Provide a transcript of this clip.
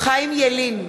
חיים ילין,